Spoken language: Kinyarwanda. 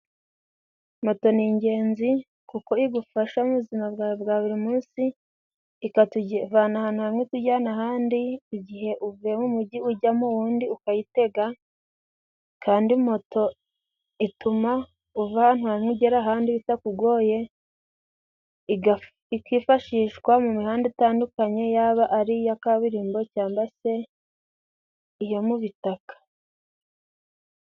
Moto ni ingenzi kuko igufasha mu buzima bwawe bwa buri munsi，ikatuvana ahantu hamwe itujyana ahandi，igihe uvuye mu umujyi ujya mu wundi ukayitega，kandi moto ituma uva ahantu hamwe ugera ahandi bitakugoye， ikifashishwa mu mihanda itandukanye， yaba ari iya kaburimbo cyangwa se iya mu bitaka.